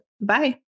Bye